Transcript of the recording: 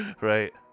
Right